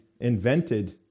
invented